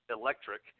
electric